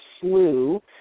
slew